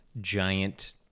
giant